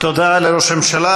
תודה לראש הממשלה.